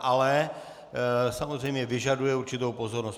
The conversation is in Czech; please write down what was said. Ale samozřejmě vyžaduje určitou pozornost.